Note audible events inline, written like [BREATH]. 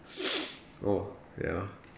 [BREATH] oh ya